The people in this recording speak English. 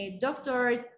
doctors